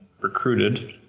recruited